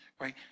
Right